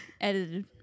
edited